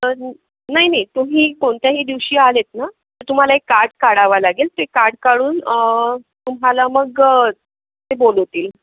नाही नाही तुम्ही कोणत्याही दिवशी आलेत ना तर तुम्हाला एक कार्ड काढावं लागेल ते कार्ड काढून तुम्हाला मग ते बोलवतील